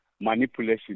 manipulation